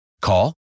Call